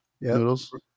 noodles